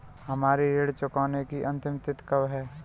हमारी ऋण चुकाने की अंतिम तिथि कब है?